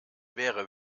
wäre